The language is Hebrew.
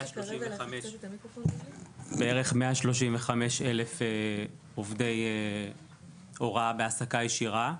בערך 135 אלף עובדי הוראה בהעסקה ישירה.